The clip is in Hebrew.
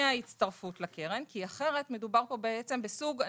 ההצטרפות לקרן כי אחרת מדובר פה בסוג,